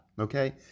okay